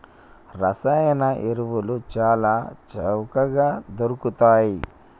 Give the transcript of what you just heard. రసాయన ఎరువులు చాల చవకగ దొరుకుతయ్